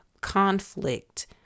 conflict